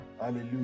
Hallelujah